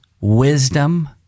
wisdom